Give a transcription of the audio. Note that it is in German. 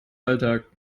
alltag